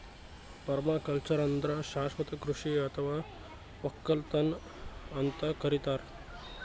permaculture ಅಂದ್ರ ಶಾಶ್ವತ್ ಕೃಷಿ ಅಥವಾ ವಕ್ಕಲತನ್ ಅಂತ್ ಕರಿತಾರ್